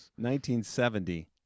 1970